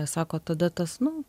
sako tada tas nu